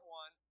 one